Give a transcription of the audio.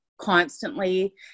constantly